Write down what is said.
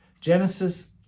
Genesis